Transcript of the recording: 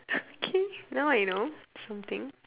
okay now I know something